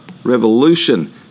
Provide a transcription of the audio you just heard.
Revolution